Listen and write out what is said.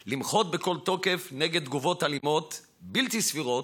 למחות בכל תוקף נגד תגובות אלימות בלתי סבירות